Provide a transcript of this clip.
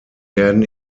werden